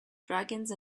dragons